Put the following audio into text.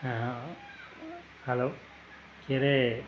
hello के अरे